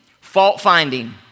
fault-finding